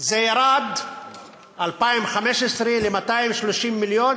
זה ירד ב-2015 ל-230 מיליון,